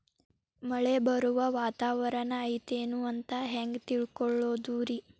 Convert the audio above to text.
ಮಳೆ ಬರುವ ವಾತಾವರಣ ಐತೇನು ಅಂತ ಹೆಂಗ್ ತಿಳುಕೊಳ್ಳೋದು ರಿ?